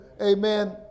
Amen